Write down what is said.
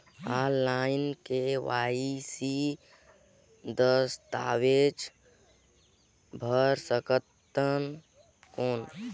Online KYC दस्तावेज भर सकथन कौन?